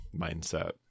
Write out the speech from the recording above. mindset